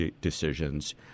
decisions